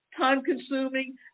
time-consuming